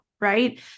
Right